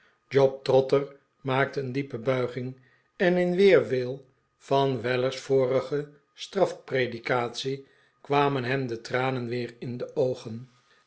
job trotter maakte een diepe buiging en in weerwil van weller's vorige strafpredikatie kwamen hem de tranen weer in de oogen